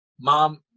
mom